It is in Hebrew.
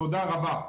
תודה רבה.